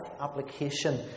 application